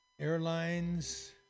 Airlines